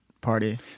party